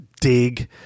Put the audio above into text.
dig